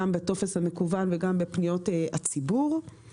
גם לטופס המקוון וגם לפניות הציבור.